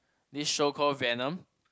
this show call Venom